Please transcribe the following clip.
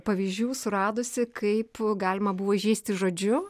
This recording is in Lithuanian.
pavyzdžių suradusi kaip galima buvo įžeisti žodžiu